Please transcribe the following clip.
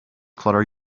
clutter